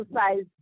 exercise